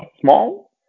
small